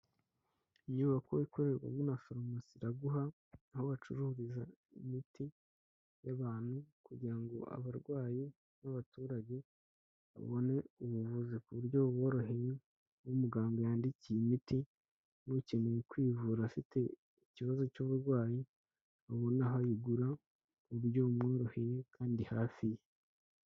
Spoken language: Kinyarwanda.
Inyubako ikorerwamo na farumasi iraguha aho bacururiza imiti y'abantu kugira ngo abarwayi b'abaturage babone ubuvuzi ku buryo buboroheye, uwo umuganga yandikiye imiti n'ukeneye kwivura afite ikibazo cy'uburwayi abone aho ayigura mu buryo bumworoheye kandi hafi ye.